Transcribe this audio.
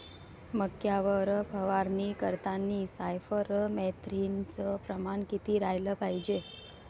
मक्यावर फवारनी करतांनी सायफर मेथ्रीनचं प्रमान किती रायलं पायजे?